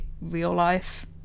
real-life